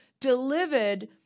delivered